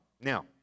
Now